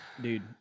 Dude